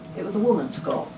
it was a woman's skull.